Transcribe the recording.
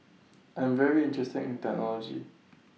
I'm very interested in technology